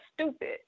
stupid